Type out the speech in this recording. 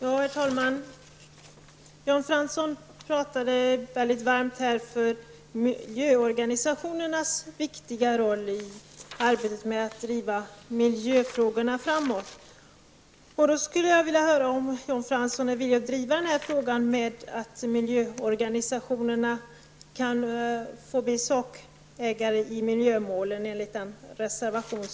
Herr talman! Jan Fransson talade här mycket varmt om miljöorganisationernas viktiga roll i arbetet med att driva miljöfrågorna framåt. Jag skulle då vilja höra om Jan Fransson är villig att driva frågan att miljöorganisationerna kan få bli sakägare i miljömålen enligt vår reservation.